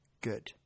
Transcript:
Good